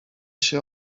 się